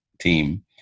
team